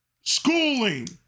schooling